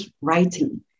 writing